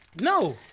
no